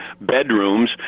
bedrooms